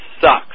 sucks